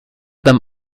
them